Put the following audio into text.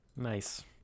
nice